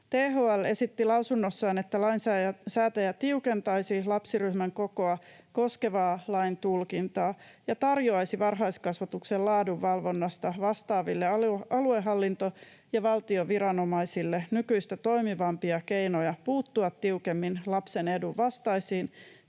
THL esitti lausunnossaan, että lainsäätäjä tiukentaisi lapsiryhmän kokoa koskevaa lain tulkintaa ja tarjoaisi varhaiskasvatuksen laadunvalvonnasta vastaaville aluehallinto- ja valtion viranomaisille nykyistä toimivampia keinoja puuttua tiukemmin lapsen edun vastaisiin